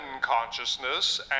consciousness